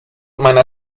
meiner